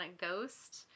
ghost